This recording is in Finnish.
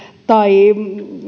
tai